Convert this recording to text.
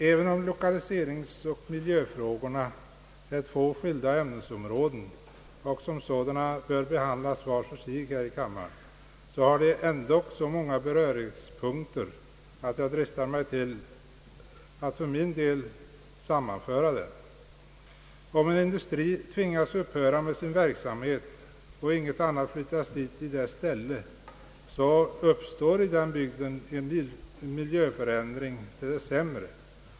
Även om lokaliseringsoch miljöfrågorna är två skilda ämnesområden och som sådana bör behandlas var för sig här i kammaren, har de så många beröringspunkter att jag dristar mig till att för min del sammanföra dem. Om en industri tvingas upphöra med sin verksamhet och inget annat flyttas dit i dess ställe, så uppstår i den bygden en miljöförändring till det sämre.